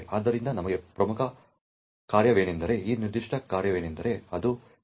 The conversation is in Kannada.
ಆದ್ದರಿಂದ ನಮಗೆ ಪ್ರಮುಖ ಕಾರ್ಯವೆಂದರೆ ಈ ನಿರ್ದಿಷ್ಟ ಕಾರ್ಯವೆಂದರೆ ಅದು tls process heartbeat ಆಗಿದೆ